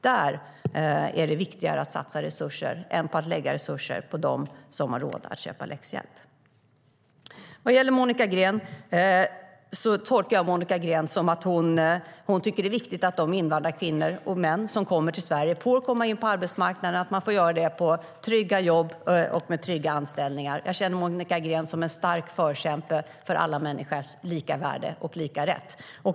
Där är det viktigare att satsa resurser än att lägga resurser på dem som har råd att köpa läxhjälp. Jag tolkar Monica Green som att hon tycker att det är viktigt att de invandrarkvinnor och invandrarmän som kommer till Sverige kommer in på arbetsmarknaden i trygga jobb med trygga anställningar. Jag känner Monica Green som en stark förkämpe för alla människors lika värde och lika rätt.